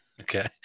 Okay